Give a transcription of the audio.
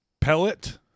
Pellet